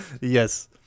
Yes